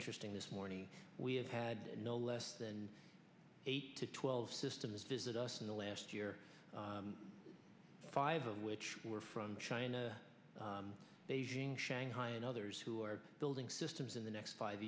interesting this morning we have had no less than eight to twelve systems visit us in the last year five of which were from china beijing shanghai and others who are building systems in the next five